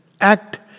act